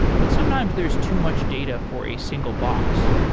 but sometimes there is too much data for a single box.